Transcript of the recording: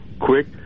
quick